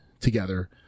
together